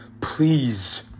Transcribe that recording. Please